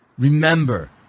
Remember